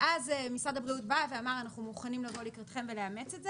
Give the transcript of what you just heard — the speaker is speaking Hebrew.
ואז משרד הבריאות בא ואמר: אנחנו מוכנים לבוא לקראתכם ולאמץ את זה,